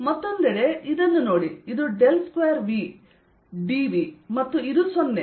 ಮತ್ತೊಂದೆಡೆ ಇದನ್ನು ನೋಡಿ ಇದು ಡೆಲ್ ಸ್ಕ್ವೇರ್ V dV ಮತ್ತು ಇದು 0